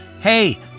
hey